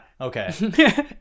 Okay